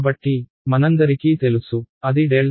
కాబట్టి మనందరికీ తెలుసు అది ∇